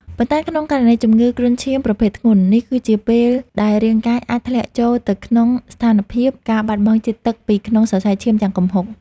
ប៉ុន្តែក្នុងករណីជំងឺគ្រុនឈាមប្រភេទធ្ងន់ នេះគឺជាពេលដែលរាងកាយអាចធ្លាក់ចូលទៅក្នុងស្ថានភាព ការបាត់បង់ជាតិទឹកពីក្នុងសរសៃឈាមយ៉ាងគំហុក។